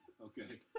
Okay